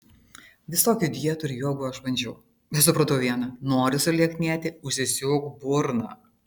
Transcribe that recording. visokių dietų ir jogų aš bandžiau bet supratau viena nori sulieknėti užsisiūk burną